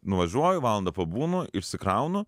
nuvažiuoju valandą pabūnu išsikraunu